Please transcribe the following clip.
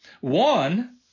One